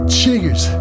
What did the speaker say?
chiggers